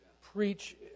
preach